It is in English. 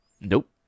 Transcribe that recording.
Nope